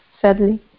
sadly